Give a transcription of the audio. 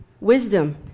Wisdom